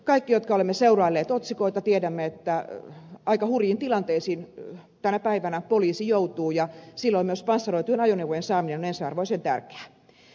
kaikki jotka olemme seurailleet otsikoita tiedämme että aika hurjiin tilanteisiin tänä päivänä poliisi joutuu ja silloin myös panssaroitujen ajoneuvojen saaminen on ensiarvoisen tärkeää